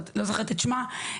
לא זוכרת את שמה,